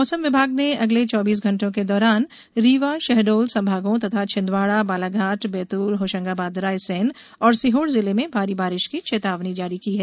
मौसम विभाग ने अगले चौबीस घंटों के दौरान रीवा शहडोल संभागों तथा छिंदवाड़ा बालाघाट बैतूल होशंगाबाद रायसेन और सीहोर जिले में भारी वर्षा की चेतावनी जारी की है